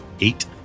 Eight